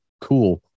Cool